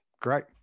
Great